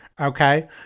Okay